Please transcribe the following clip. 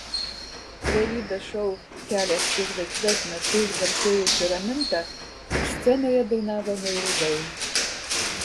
realybės šou kelias į žvaigždes metu išgarsėjusi raminta scenoje dainavo neilgai